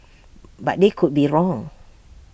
but they could be wrong